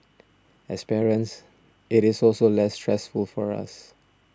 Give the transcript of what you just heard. as parents it is also less stressful for us